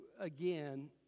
again